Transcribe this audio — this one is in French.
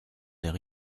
n’est